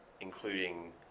including